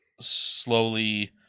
slowly